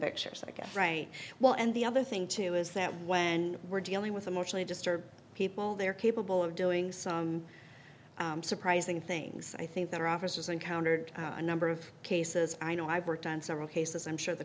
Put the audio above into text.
pictures i guess for a while and the other thing too is that when we're dealing with emotionally disturbed people they're capable of doing some surprising things i think that our officers encountered a number of cases i know i've worked on some cases i'm sure the